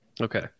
okay